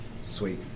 sweet